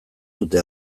dute